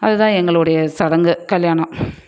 அதுதான் எங்களுடைய சடங்கு கல்யாணம்